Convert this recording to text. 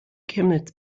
chemnitz